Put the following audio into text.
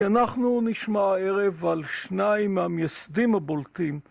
אנחנו נשמע הערב על שניים מהמייסדים הבולטים